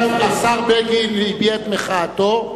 השר בגין הביע את מחאתו.